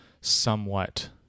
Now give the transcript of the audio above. somewhat